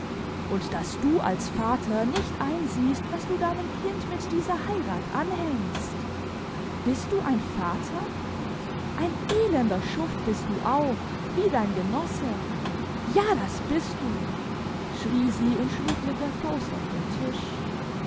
und daß du als vater nicht einsiehst was du deinem kind mit dieser heirat anhängst bist du ein vater ein elender schuft bist du auch wie dein genosse ja das bist du schrie sie und schlug mit der faust auf den tisch